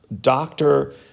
doctor